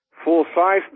full-size